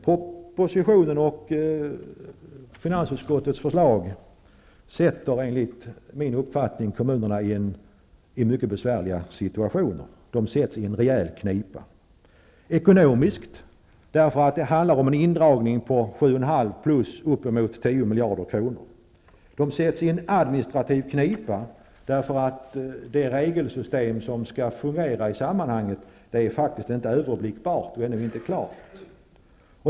Propositionen och finansutskottets förslag sätter enligt min uppfattning kommunerna i en mycket besvärlig situation. De sätts i en rejäl knipa, dels ekonomiskt därför att det handlar om en indragning på 7,5 miljarder kronor plus upp emot 10 miljarder kronor, dels administrativt därför att det regelsystem som skall fungera i sammanhanget faktiskt inte är överblickbart och ännu inte klart.